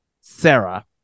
Sarah